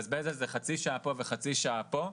ומבזבז על זה חצי שעה פה וחצי שעה פה,